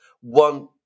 one